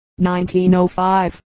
1905